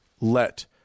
let